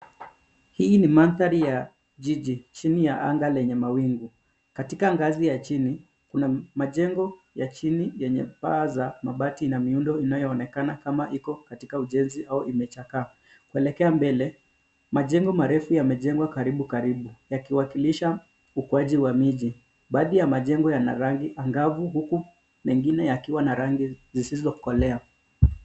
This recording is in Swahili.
Hii ni mandhari ya jiji, chini ya anga lenye mawingu. Katika ngazi ya chini, kuna majengo ya chini yenye paa za mabati na miundo inayoonekana kama iko katika ujenzi au imechakaa. Pelekea mbele, majengo marefu yamejengwa karibu karibu, yakiwakilisha ukuaji wa miji. Baadhi ya majengo yana rangi angavu huku mengine yakiwa na rangi zisizokolea.